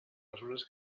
mesures